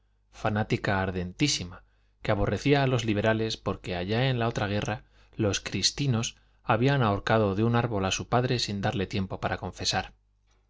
fanática ardentísima que aborrecía a los liberales porque allá en la otra guerra los cristinos habían ahorcado de un árbol a su padre sin darle tiempo para confesar